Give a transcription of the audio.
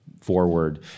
forward